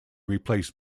replaced